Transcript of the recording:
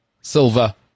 Silva